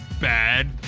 Bad